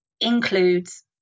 includes